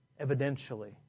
evidentially